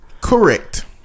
Correct